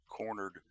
cornered